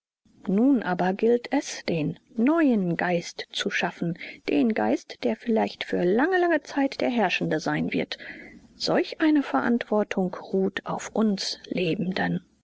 nun aber gilt es den neuen geist zu schaffen den geist der vielleicht für lange lange zeit der herrschende sein wird solch eine verantwortung ruht auf uns lebenden